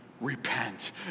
repent